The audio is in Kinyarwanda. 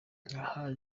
aha